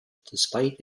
despite